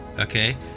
okay